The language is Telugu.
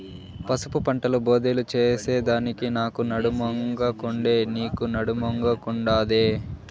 పసుపు పంటల బోదెలు చేసెదానికి నాకు నడుమొంగకుండే, నీకూ నడుమొంగకుండాదే